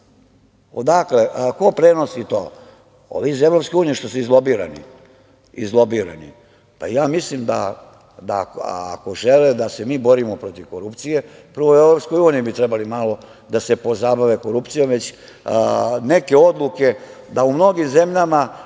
odakle? Ko prenosi to? Ovi iz EU što su izlobirani. Ja mislim da ako žele da se mi borimo protiv korupcije, prvo u EU bi trebali malo da se pozabave korupcijom, jer neke odluke da u mnogim zemljama